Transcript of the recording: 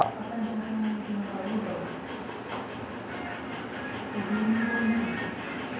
ನನ್ನ ಟೂವೀಲರ್ ಗೆ ತಾಗಿಸಿ ಹೋಗಿದ್ದಾರೆ ಅದ್ಕೆ ಎಂತಾದ್ರು ಇನ್ಸೂರೆನ್ಸ್ ಸಿಗ್ತದ?